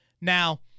Now